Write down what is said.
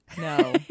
No